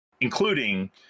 including